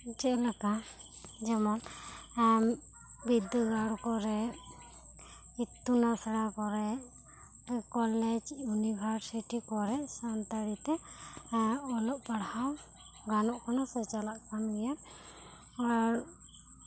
ᱡᱮ ᱞᱮᱠᱟ ᱡᱮᱢᱚᱱ ᱟᱢ ᱵᱤᱨᱫᱟᱹᱜᱟᱲ ᱠᱚᱨᱮ ᱤᱛᱩᱱ ᱟᱥᱲᱟ ᱠᱚᱨᱮ ᱠᱚᱞᱮᱡᱽ ᱭᱩᱱᱤᱵᱷᱟᱨᱥᱤᱴᱤ ᱠᱚᱨᱮ ᱥᱟᱱᱛᱟᱲᱤ ᱛᱮ ᱚᱞᱚᱜ ᱯᱟᱲᱦᱟᱣ ᱜᱟᱱᱚᱜ ᱠᱟᱱ ᱜᱤᱭᱟ ᱥᱮ ᱪᱟᱞᱟᱜ ᱠᱟᱱ ᱜᱤᱭᱟ ᱟᱨ